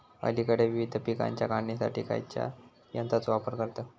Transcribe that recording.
अलीकडे विविध पीकांच्या काढणीसाठी खयाच्या यंत्राचो वापर करतत?